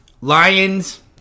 Lions